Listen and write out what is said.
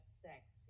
sex